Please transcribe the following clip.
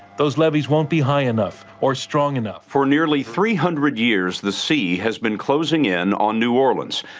those levees won't be high enough or strong enough for nearly three hundred years, the sea has been closing in on new orleans,